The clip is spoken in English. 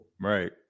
right